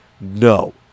no